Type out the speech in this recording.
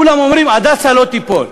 כולם אומרים, "הדסה" לא תיפול.